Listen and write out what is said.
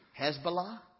Hezbollah